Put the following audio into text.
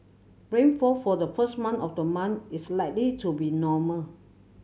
rainfall for the first month of the month is likely to be normal